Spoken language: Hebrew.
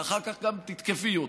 ואחר כך גם תתקפי אותי,